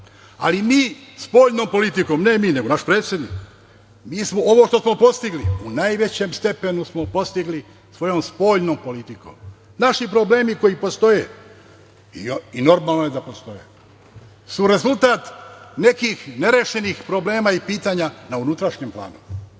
mi spoljnom politikom, ne mi nego naš predsednik, mi smo ovo što smo postigli u najvećem stepenu postigli svojom spoljnom politikom. Naši problemi koji postoje, normalno je da postoje, su rezultat nekih nerešenih problema i pitanja na unutrašnjem planu.